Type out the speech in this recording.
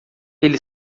ele